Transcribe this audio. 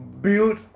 build